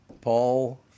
Paul